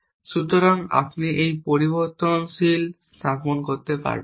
সুতরাং আপনি একটি পরিবর্তনশীল স্থাপন করতে পারবেন না